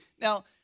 Now